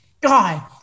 God